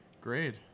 great